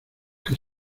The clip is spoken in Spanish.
que